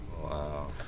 Wow